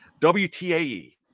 WTAE